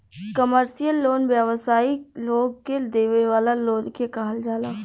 commercial loan व्यावसायिक लोग के देवे वाला लोन के कहल जाला